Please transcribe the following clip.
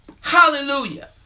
Hallelujah